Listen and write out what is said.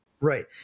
right